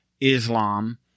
Islam